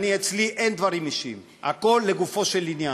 אצלי אין דברים אישיים, הכול לגופו של עניין,